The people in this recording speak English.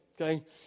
okay